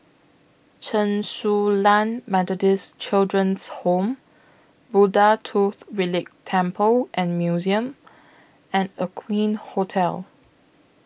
Chen Su Lan Methodist Children's Home Buddha Tooth Relic Temple and Museum and Aqueen Hotel